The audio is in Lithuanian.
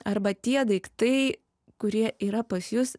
arba tie daiktai kurie yra pas jus